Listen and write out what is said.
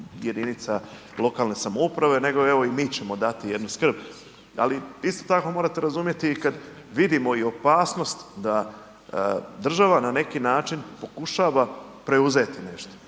jedinica lokalne samouprave nego evo i mi ćemo dati jednu skrb. Ali isto tako morate razumjeti i kad vidimo i opasnost da država na neki način pokušava preuzeti nešto.